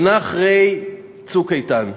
שנה אחרי "צוק איתן"